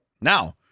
Now